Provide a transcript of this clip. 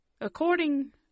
according